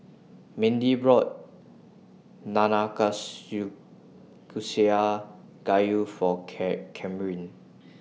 Mindy bought Nanakusa Gayu For Camryn